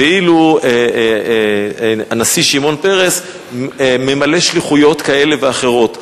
ואילו הנשיא שמעון פרס ממלא שליחויות כאלה ואחרות.